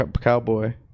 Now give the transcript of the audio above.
cowboy